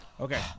Okay